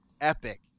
epic